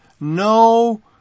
no